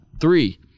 Three